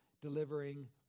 delivering